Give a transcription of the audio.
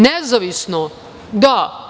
Nezavisno, da.